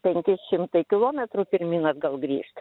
penki šimtai kilometrų pirmyn atgal grįžt